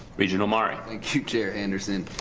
regional omari. thank you chair anderson.